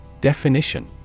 Definition